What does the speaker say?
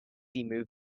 movement